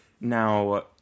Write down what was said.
Now